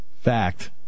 fact